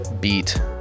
beat